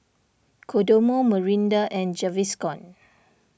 Kodomo Mirinda and Gaviscon